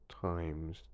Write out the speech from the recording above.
times